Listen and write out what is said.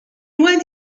loin